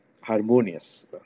harmonious